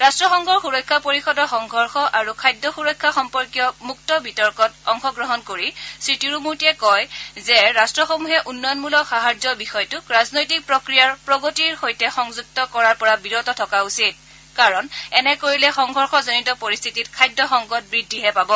ৰাট্টসংঘৰ সুৰক্ষা পৰিষদৰ সংঘৰ্ষ আৰু খাদ্য সুৰক্ষা সম্পৰ্কীয় মুক্ত বিতৰ্কত অংশগ্ৰহণ কৰি শ্ৰীতিৰুমৰ্তিয়ে কয় যে ৰাট্টসমূহে উন্নয়নমূলক সাহায্য বিষয়টোক ৰাজনৈতিক প্ৰক্ৰিয়াৰ প্ৰগতিৰ সৈতে সংযুক্ত কৰাৰ পৰা বিৰত থকা উচিত কাৰণ এনে কৰিলে সংঘৰ্ষজনিত পৰিস্থিতিত খাদ্য সংকট বৃদ্ধিহে পাব